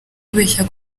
kubeshya